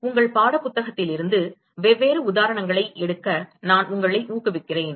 எனவே உங்கள் பாடப்புத்தகத்திலிருந்து வெவ்வேறு உதாரணங்களை எடுக்க நான் உங்களை ஊக்குவிக்கிறேன்